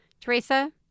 Teresa